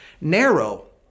narrow